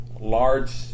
large